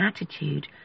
attitude